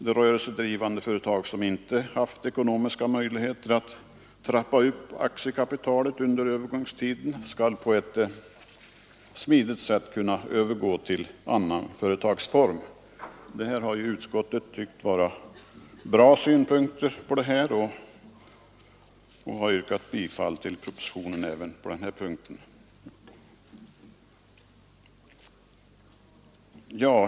De rörelsedrivande företag som inte haft ekonomiska möjligheter att trappa upp aktiekapitalet under övergångstiden skall på ett smidigt sätt kunna övergå till annan företagsform. Det här har utskottet tyckt vara bra synpunkter och tillstyrkt propositionen även på denna punkt.